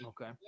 Okay